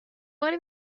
باری